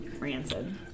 rancid